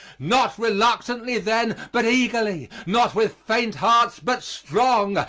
not reluctantly then, but eagerly, not with faint hearts but strong,